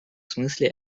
смысле